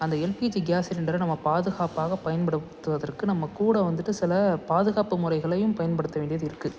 அந்த LPG gas சிலிண்டரை நம்ம பாதுகாப்பாக பயன்படுத்துவதற்கு நம்ம கூட வந்துட்டு சில பாதுகாப்பு முறைகளையும் பயன்படுத்த வேண்டியது இருக்குது